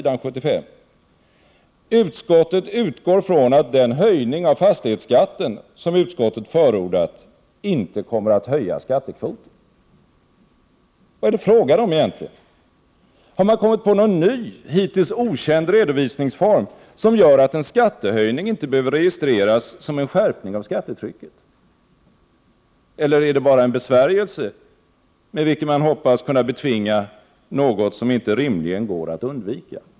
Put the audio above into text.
Det står där: ”Utskottet utgår från att den höjning av fastighetsskatten, som utskottet förordat, inte kommer att höja skattekvoten.” Vad är det fråga om egentligen? Har man kommit på någon ny, hittills okänd redovisningsform, som gör att en skattehöjning inte behöver registreras som en skärpning av skattetrycket? Eller är det bara en besvärjelse, med vilken man hoppas kunna betvinga något som rimligen inte går att undvika?